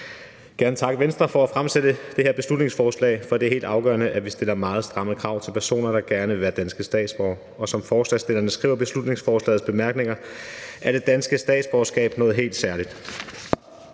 Jeg vil gerne takke Venstre for at fremsætte det her beslutningsforslag, for det er helt afgørende, at vi stiller meget stramme krav til personer, der gerne vil være danske statsborgere. Som forslagsstillerne skriver i beslutningsforslagets bemærkninger, er det danske statsborgerskab noget helt særligt.